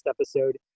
episode